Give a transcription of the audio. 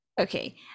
Okay